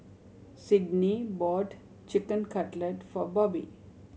Sydni bought Chicken Cutlet for Bobbie